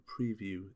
preview